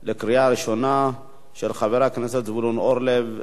של חבר הכנסת זבולון אורלב, קריאה ראשונה.